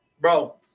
bro